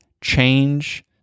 change